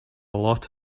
lot